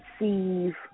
Receive